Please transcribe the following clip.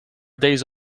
days